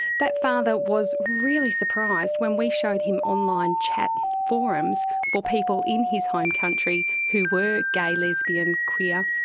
that father was really surprised when we showed him online chat forums for people in his home country who were gay, lesbian, queer,